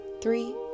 three